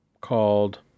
called